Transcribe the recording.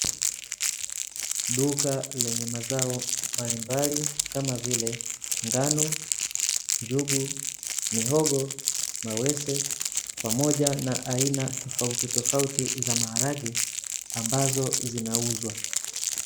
Duka lenye mazao mbalimbali kama vile ngano, njugu, mihogo, mawese pamoja na aina tofauti tofauti za maharage ambazo zinauzwa.